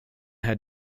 had